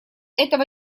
этого